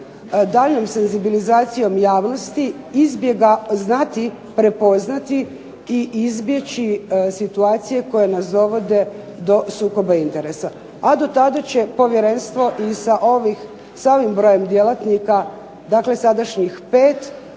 daljnjom senzibilizacijom javnosti znati prepoznati i izbjeći situacije koje nas dovode do sukoba interesa. A do tada će povjerenstvo i sa ovim brojem djelatnika, dakle sadašnjih 5